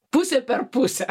pusė per pusę